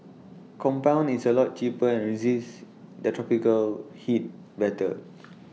compound is A lot cheaper and resists the tropical heat better